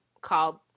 called